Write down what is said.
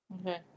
okay